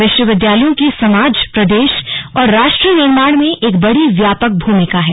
विश्वविद्यालयों की समाज प्रदेश और राष्ट्र निर्माण में एक बड़ी व्यापक भूमिका है